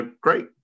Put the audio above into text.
great